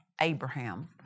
Abraham